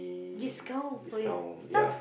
discount for yet staff